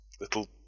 little